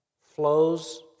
flows